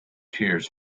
tears